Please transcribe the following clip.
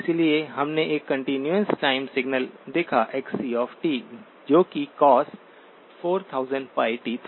इसलिए हमने एक कंटीन्यूअस टाइम सिग्नलदेखा xc जो कि cos4000πt था